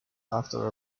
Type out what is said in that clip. after